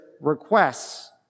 requests